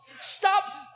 Stop